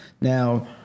Now